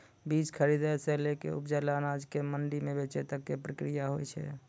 बीज खरीदै सॅ लैक उपजलो अनाज कॅ मंडी म बेचै तक के प्रक्रिया हौय छै